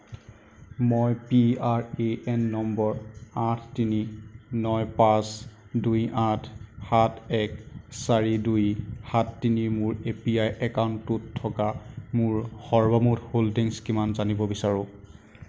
মই P R A N নম্বৰ আঠ তিনি ন পাঁচ দুই আঠ সাত এক চাৰি দুই সাত তিনিৰ মোৰ এ পি ৱাই একাউণ্টটোত থকা মোৰ সৰ্বমুঠ হোল্ডিংছ কিমান জানিব বিচাৰোঁ